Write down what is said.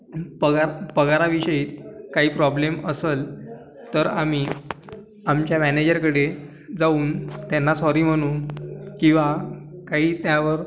पगार पगाराविषयी काही प्रॉब्लम असेल तर आम्ही आमच्या मॅनेजरकडे जाऊन त्यांना सॉरी म्हणून किंवा काही त्यावर